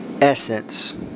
essence